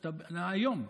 מהיום,